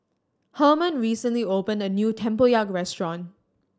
Herman recently opened a new tempoyak restaurant